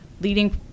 leading